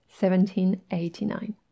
1789